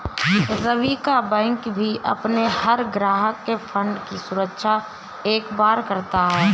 रवि का बैंक भी अपने हर ग्राहक के फण्ड की सुरक्षा एक बराबर करता है